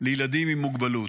לילדים עם מוגבלות.